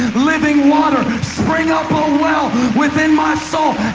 living water, spring up a well within my soul.